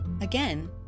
Again